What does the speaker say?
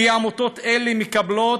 כי עמותות אלה מקבלות,